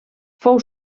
fou